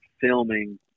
filming